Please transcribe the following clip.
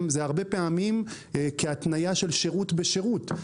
זה הרבה פעמים כהתניה של שירות בשירות.